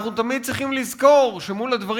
אנחנו תמיד צריכים לזכור שמול הדברים